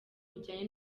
bujyanye